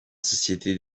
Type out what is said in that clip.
société